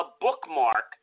bookmark